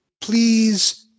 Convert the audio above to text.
please